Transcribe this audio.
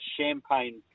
Champagne